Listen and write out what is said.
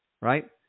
right